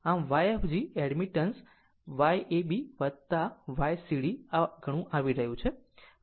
આમ Yfg admittance Yab Ycd આ ઘણું આવી રહ્યું છે